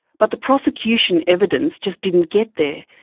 but the prosecution evidence just didn't get there.